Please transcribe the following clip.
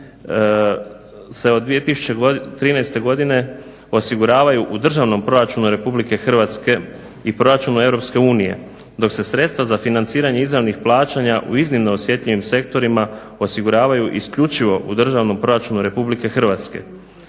se od 2013.godine se osiguravaju u državnom proračunu RH i proračunu EU dok se sredstva za financiranje izravnih plaćanja u iznimno osjetljivim sektorima osiguravaju isključivo u državnom proračunu RH. Isto tako